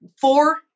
four